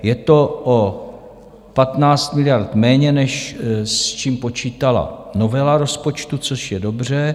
Je to o 15 miliard méně, než s čím počítala novela rozpočtu, což je dobře.